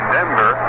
Denver